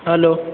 hello